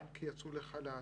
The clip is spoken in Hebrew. הן כי יצאו לחל"ת,